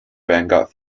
vanguard